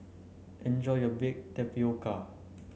enjoy your bake tapioca